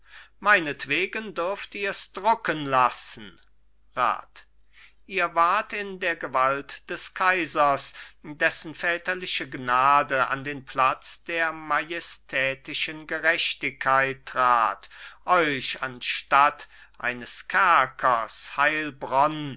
meinetwegen dürft ihr's drucken lassen rat ihr wart in der gewalt des kaisers dessen väterliche gnade an den platz der majestätischen gerechtigkeit trat euch anstatt eines kerkers heilbronn